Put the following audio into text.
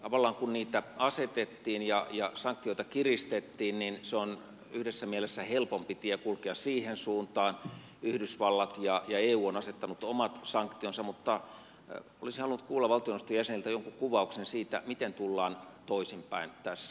tavallaan kun niitä asetettiin ja sanktioita kiristettiin niin on yhdessä mielessä helpompi tie kulkea siihen suuntaan yhdysvallat ja eu ovat asettaneet omat sanktionsa mutta olisin halunnut kuulla valtioneuvoston jäseniltä jonkin kuvauksen siitä miten tullaan toisinpäin tässä